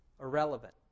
irrelevant